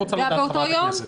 גם באותו יום?